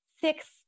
six